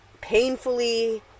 painfully